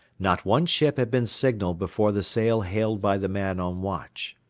not one ship had been signalled before the sail hailed by the man on watch.